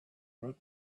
route